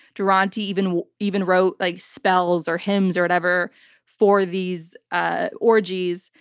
duranty even even wrote like spells or hymns or whatever for these ah orgies.